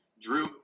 Drew